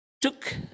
took